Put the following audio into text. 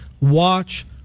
watch